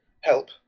help